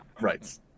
right